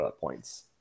points